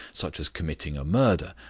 such as committing a murder,